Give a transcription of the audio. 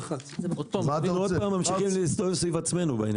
דוד, עוד פעם ממשיכים להסתובב סביב עצמנו בעניין.